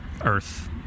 Earth